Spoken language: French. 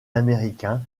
américains